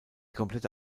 komplette